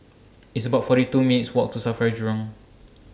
It's about forty two minutes' Walk to SAFRA Jurong